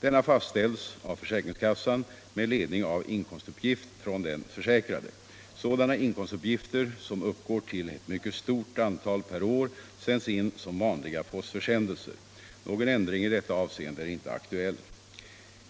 Denna fastställs av försäkringskassan med ledning av inkomstuppgift från den försäkrade. Sådana inkomstuppgifter, som uppgår till ett mycket stort antal per år, sänds in som vanliga postförsändelser. Någon ändring i detta avseende är inte aktuell.